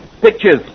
pictures